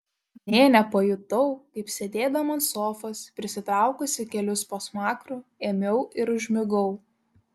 nė nepajutau kaip sėdėdama ant sofos prisitraukusi kelius po smakru ėmiau ir užmigau